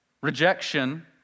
rejection